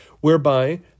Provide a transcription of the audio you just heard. whereby